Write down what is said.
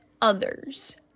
others